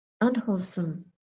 unwholesome